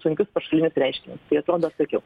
sunkius pašalinius reiškinius tai atrodo atsakiau